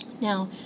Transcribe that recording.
Now